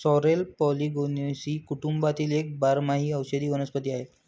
sorrel Polygonaceae कुटुंबातील एक बारमाही औषधी वनस्पती आहे